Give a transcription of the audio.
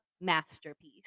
masterpiece